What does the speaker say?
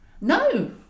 No